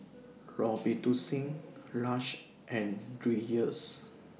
Robitussin Lush and Dreyers